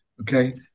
okay